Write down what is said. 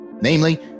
namely